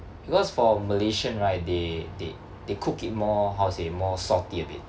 because for malaysian right they they they cook it more how to say more salty a bit